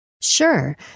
Sure